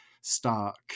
stark